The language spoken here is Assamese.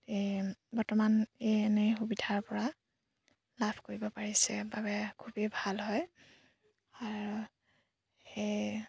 এই বৰ্তমান এই এনেই সুবিধাৰ পৰা লাভ কৰিব পাৰিছে বাবে খুবেই ভাল হয় আৰু সেই